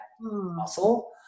muscle